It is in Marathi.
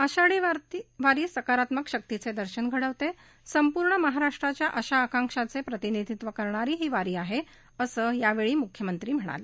आषाढी वारी सकारात्मक शक्तीचे दर्शन घडवते संपूर्ण महाराष्ट्राच्या आशा आकांक्षा यांचे प्रतिनिधित्व करणारी अशा प्रकारची वारी आहे असं यावेळी मुख्यमंत्री म्हणाले